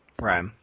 Right